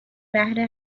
بهره